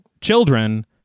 children